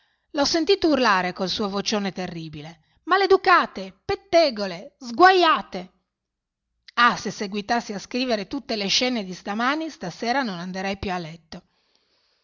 l'ho sentito urlare col suo vocione terribile maleducate pettegole sguaiate ah se seguitassi a scrivere tutte le scene di stamani stasera non anderei più a letto